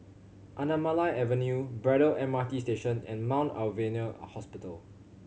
Anamalai Avenue Braddell M R T Station and Mount Alvernia Hospital